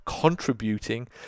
contributing